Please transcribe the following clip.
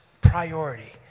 priority